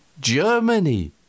Germany